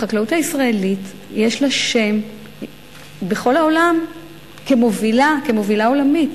החקלאות הישראלית יש לה שם בכל העולם כמובילה עולמית.